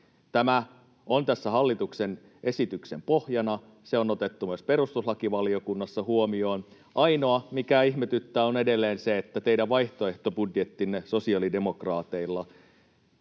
Tämä on tässä hallituksen esityksen pohjana. Se on otettu myös perustuslakivaliokunnassa huomioon. Ainoa, mikä ihmetyttää, on edelleen se, että teidän vaihtoehtobudjettinne osalta, sosiaalidemokraatit,